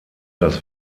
das